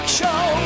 show